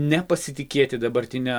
nepasitikėti dabartine